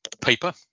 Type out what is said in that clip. paper